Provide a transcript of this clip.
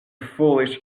foolish